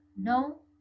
no